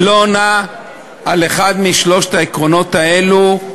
שלא עונה על אחד משלושת העקרונות האלו,